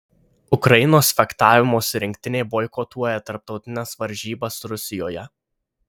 ukrainos fechtavimosi rinktinė boikotuoja tarptautines varžybas rusijoje